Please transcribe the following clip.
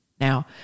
Now